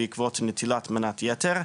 בעקבות נטילת מנת יתר,